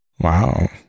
Wow